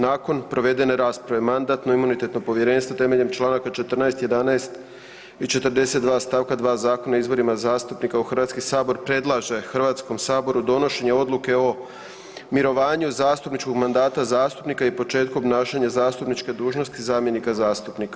Nakon provedene rasprave Mandatno-imunitetno povjerenstvo temeljem Članaka 14., 11. i 42. stavka 2. Zakona o izborima zastupnika u Hrvatski sabor predlaže Hrvatskom saboru donošenje odluke o mirovanju zastupničkog mandata zastupnika i početku obnašanja zastupničke dužnosti zamjenika zastupnika.